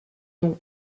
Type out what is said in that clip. nom